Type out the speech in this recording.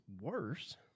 worse